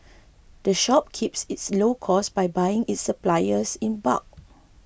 the shop keeps its low costs by buying its supplies in bulk